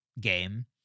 game